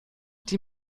die